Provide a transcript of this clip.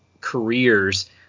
careers